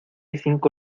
cinco